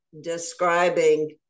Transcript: describing